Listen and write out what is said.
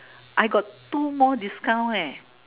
I got two more discount yeah